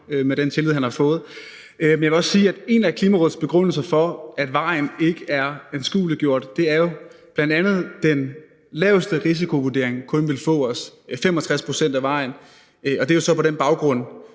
med den tillid, som han har fået. Men jeg vil også sige, at en af Klimarådets begrundelser for, at vejen ikke er anskueliggjort, bl.a. er, at den laveste risikovurdering kun vil få os 65 pct. af vejen, og det er jo så på baggrund